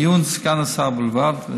לעיון סגן השר בלבד.